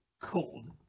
Cold